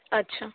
अच्छा